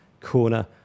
corner